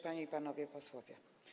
Panie i Panowie Posłowie!